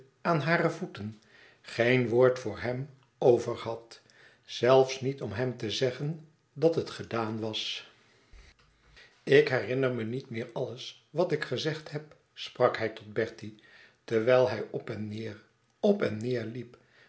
aan hare voeten geen woord voor hem over had zelfs niet om hem te zeggen dat het gedaan was ik herinner me niet meer alles wat ik gezegd heb sprak hij tot bertie terwijl hij op en neêr op en neêr liep